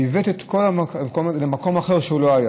הבאת את כל הנושא הזה למקום אחר שהוא לא היה